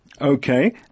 Okay